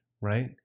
right